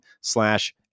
slash